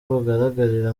bugaragarira